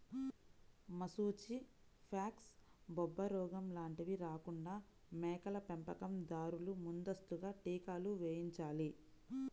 మశూచి, ఫాక్స్, బొబ్బరోగం లాంటివి రాకుండా మేకల పెంపకం దారులు ముందస్తుగా టీకాలు వేయించాలి